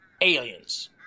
aliens